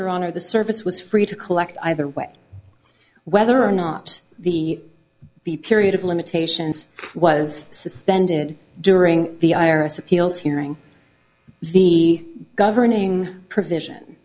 your honor the service was free to collect either way whether or not the the period of limitations was suspended during the i r s appeals hearing the governing provision